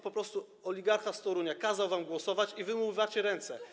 Po prostu oligarcha z Torunia kazał wam głosować i wy umywacie ręce.